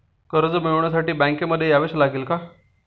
कर्ज मिळवण्यासाठी बँकेमध्ये यावेच लागेल का?